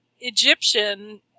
egyptian